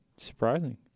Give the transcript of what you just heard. Surprising